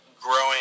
growing